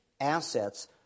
assets